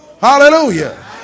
Hallelujah